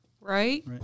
right